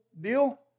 deal